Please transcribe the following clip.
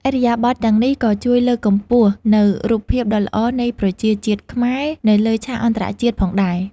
ឥរិយាបថទាំងនេះក៏ជួយលើកកម្ពស់នូវរូបភាពដ៏ល្អនៃប្រជាជាតិខ្មែរនៅលើឆាកអន្តរជាតិផងដែរ។